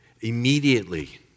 immediately